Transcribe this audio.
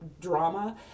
drama